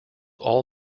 all